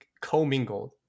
co-mingled